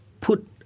put